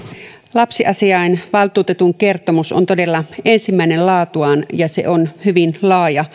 lapsiasiainvaltuutetun kertomus on todella ensimmäinen laatuaan ja se on hyvin laaja